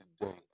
today